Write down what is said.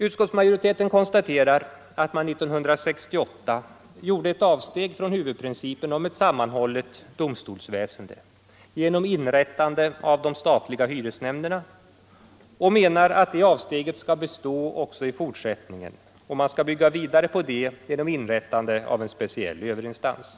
Utskottsmajoriteten konstaterar att man 1968 gjorde ett avsteg från huvudprincipen om ett sammanhållet domstolsväsende genom inrättande av de statliga hyresnämnderna och menar att det avsteget skall bestå också i fortsättningen och att vi skall bygga vidare på det genom inrättande av en speciell överinstans.